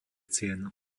cien